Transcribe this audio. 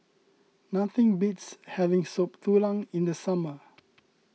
nothing beats having Soup Tulang in the summer